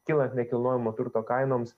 kylant nekilnojamo turto kainoms